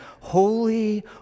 holy